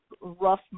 rough